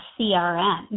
CRM